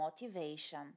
motivation